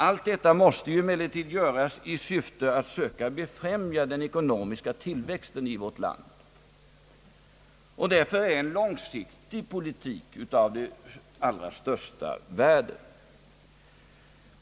Allt detta måste emellertid göras i syfte att söka befrämja den ekonomiska tillväxten i vårt land. Därför är en långsiktig politik av det allra största värde.